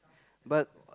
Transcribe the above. but